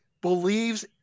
believes